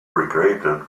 regretted